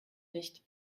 nicht